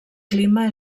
clima